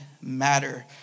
matter